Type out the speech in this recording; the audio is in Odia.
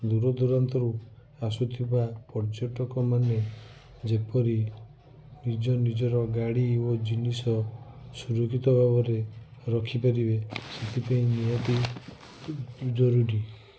ଦୂର ଦୂରାନ୍ତରୁ ଆସୁଥିବା ପର୍ଯ୍ୟଟକ ମାନେ ଯେପରି ନିଜ ନିଜର ଗାଡ଼ି ଓ ଜିନିଷ ସୁରକ୍ଷିତ ଭାବରେ ରଖି ପାରିବେ ସେଥିପାଇଁ ନିହାତି ଜରୁରୀ